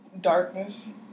Darkness